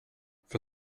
for